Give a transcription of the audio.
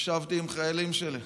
ישבתי עם חיילים שלי,